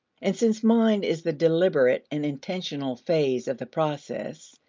and since mind is the deliberate and intentional phase of the process,